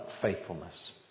faithfulness